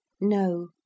No